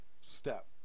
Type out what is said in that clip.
step